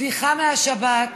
סליחה מהשבת,